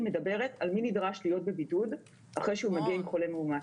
אנחנו רצינו לפני חודש להשתמש בה כדי להקל על מי שחוזר מחוץ לארץ.